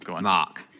Mark